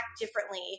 differently